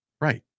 Right